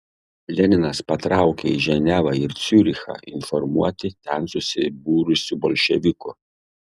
leninas patraukė į ženevą ir ciurichą informuoti ten susibūrusių bolševikų